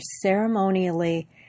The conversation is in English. ceremonially